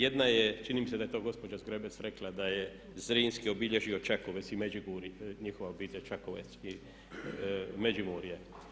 Jedna je, čini mi se da je to gospođa Zgrebec rekla da je Zrinski obilježio Čakovec i Međimurje, njihova obitelj Čakovec i Međimurje.